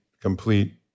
complete